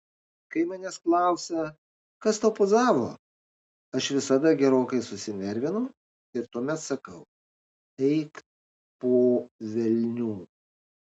kai manęs klausia kas tau pozavo aš visada gerokai susinervinu ir tuomet sakau eik po velnių